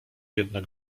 jednak